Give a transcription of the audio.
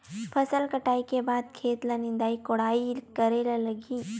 फसल कटाई के बाद खेत ल निंदाई कोडाई करेला लगही?